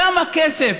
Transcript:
כמה כסף?